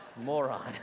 Moron